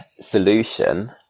solution